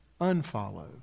unfollow